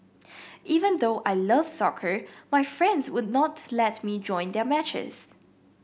even though I love soccer my friends would not let me join their matches